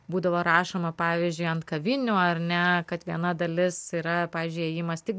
būdavo rašoma pavyzdžiui ant kavinių ar ne kad viena dalis yra pavyzdžiui įėjimas tik